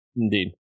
Indeed